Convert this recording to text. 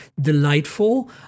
delightful